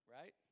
Right